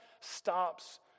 stops